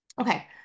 Okay